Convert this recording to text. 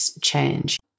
change